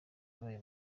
yabaye